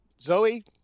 Zoe